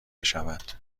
بشود